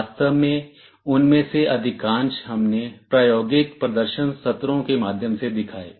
वास्तव में उनमें से अधिकांश हमने प्रायोगिक प्रदर्शन सत्रों के माध्यम से दिखाए